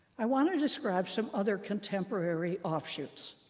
i want to describe some other contemporary offshoots.